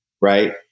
right